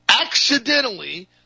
accidentally